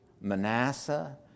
Manasseh